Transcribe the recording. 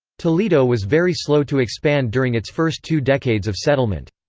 toledo was very slow to expand during its first two decades of settlement.